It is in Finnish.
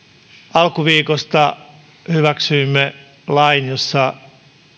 alkuviikosta hyväksyimme lain jossa